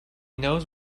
knows